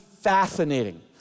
fascinating